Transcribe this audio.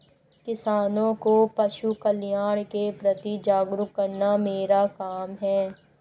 किसानों को पशुकल्याण के प्रति जागरूक करना मेरा काम है